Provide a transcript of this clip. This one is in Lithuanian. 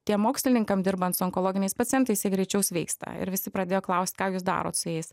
tiem mokslininkam dirbant su onkologiniais pacientais jie greičiau sveiksta ir visi pradėjo klaust ką jūs darot su jais